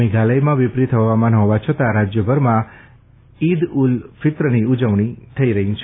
મેઘાલયમાં વિપરીત હવામાન હોવા છતાં રાજ્યભરમાં ઇદ ઉલ ફિત્રની ઉજવણી થઇ રહી છે